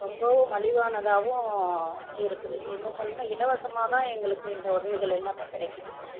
ரொம்பவும் மலிவானதாகவும் இருக்குது இன்னும் சொல்லணும்னா இலவசமாக தான் எங்களுக்கு இந்த உதவிகளெல்லாமே கிடைக்குது